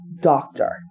doctor